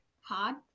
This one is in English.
hard